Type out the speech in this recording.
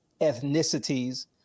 ethnicities